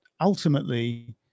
ultimately